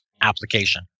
application